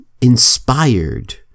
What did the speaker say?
inspired